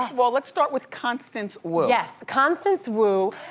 of all, let's start with constance wu. yes. constance wu,